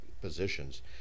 positions